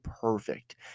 perfect